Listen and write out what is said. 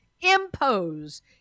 impose